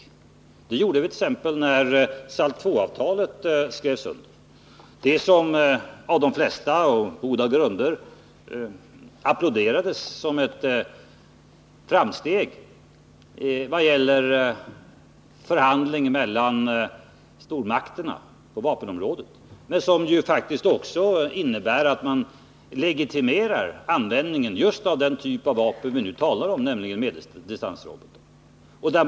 Så gjorde vi t.ex. när SALT II-avtalet skrevs under. Detta applåderades som ett framsteg när det gällde förhandlingar mellan stormakterna på vapenområdet. Men SALT II innebär också att man legitimerar användningen av just den typ av vapen som vi nu talar om, nämligen medeldistansroboten.